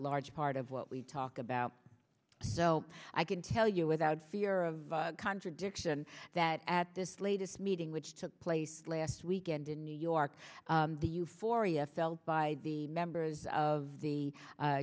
large part of what we talk about so i can tell you without fear of contradiction that at this latest meeting which took place last weekend in new mark the euphoria felt by the members of the